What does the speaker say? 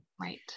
Right